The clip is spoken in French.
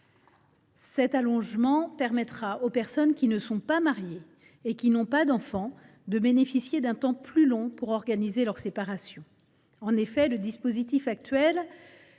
six à douze mois. Ainsi, les personnes qui ne sont pas mariées et qui n’ont pas d’enfant pourront bénéficier d’un temps plus long pour organiser leur séparation. En effet, le dispositif actuel